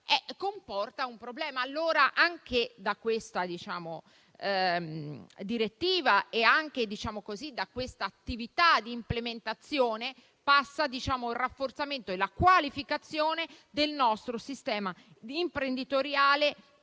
comportano un problema. Anche da questa direttiva e da questa attività di implementazione passano allora il rafforzamento e la qualificazione del nostro sistema imprenditoriale,